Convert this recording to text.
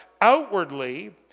outwardly